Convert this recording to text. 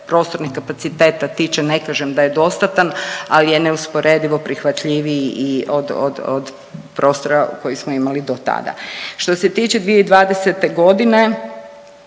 prostornih kapaciteta tiče ne kažem da je dostatan, al je neusporedivo prihvatljiviji i od, od, od prostora koji smo imali dotada. Što se tiče 2020.g.